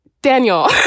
Daniel